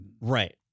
Right